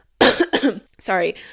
sorry